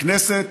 לכנסת,